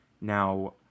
Now